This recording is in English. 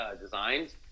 designs